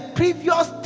previous